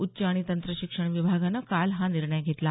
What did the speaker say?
उच्च आणि तंत्र शिक्षण विभागानं काल हा निर्णय घेतला